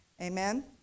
Amen